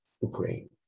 Ukraine